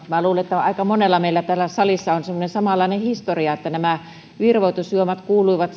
minä luulen että aika monella meillä on täällä salissa on samanlainen historia jolloin virvoitusjuomat kuuluivat